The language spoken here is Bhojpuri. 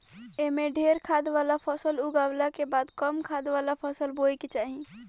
एमे ढेरे खाद वाला फसल उगावला के बाद कम खाद वाला फसल बोए के चाही